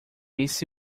esse